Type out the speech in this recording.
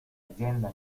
azienda